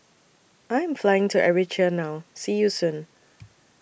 I Am Flying to Eritrea now See YOU Soon